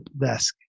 desk